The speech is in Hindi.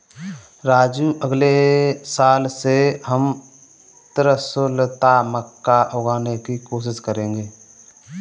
राजू अगले साल से हम त्रिशुलता मक्का उगाने की कोशिश करेंगे